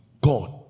God